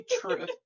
true